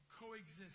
coexist